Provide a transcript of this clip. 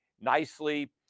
nicely